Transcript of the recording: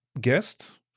guest